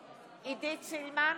אבל אני כן רוצה לדבר עליה.